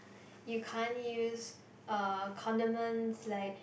you can't use uh condiments like